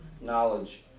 knowledge